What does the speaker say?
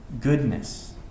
goodness